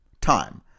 time